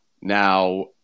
Now